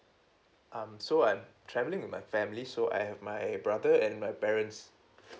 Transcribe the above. um so I'm travelling with my family so I have my brother and my parents